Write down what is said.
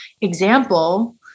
example